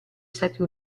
stati